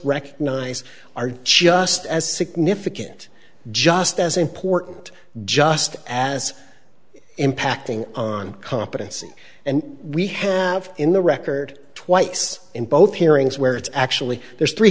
recognize are just as significant just as important just as impacting on competency and we have in the record twice in both hearings where it's actually there's three